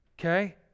Okay